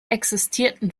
existierten